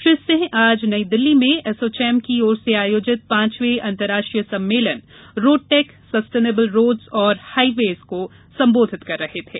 श्री सिंह आज नई दिल्ली में एसोचैम की ओर से आयोजित पांचवें अंतरराष्ट्रीय सम्मेलन roadtech sustainable roads and highways को संबोधित कर रहे थे